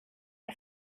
der